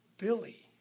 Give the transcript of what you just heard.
Billy